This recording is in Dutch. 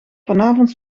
vanavond